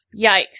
Yikes